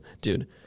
Dude